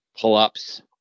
pull-ups